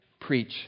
preach